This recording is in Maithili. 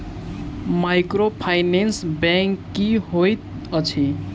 माइक्रोफाइनेंस बैंक की होइत अछि?